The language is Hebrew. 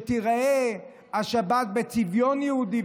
כך שתיראה השבת בצביון יהודי,